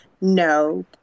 no